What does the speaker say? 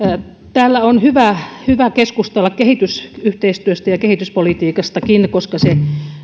täällä on hyvä hyvä keskustella kehitysyhteistyöstä ja kehityspolitiikastakin koska se